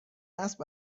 اسب